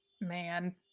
man